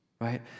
right